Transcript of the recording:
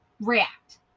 react